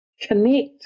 Connect